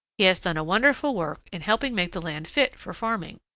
he has done a wonderful work in helping make the land fit for farming.